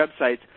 websites